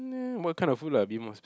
what kind of food lah be more specific